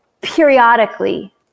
periodically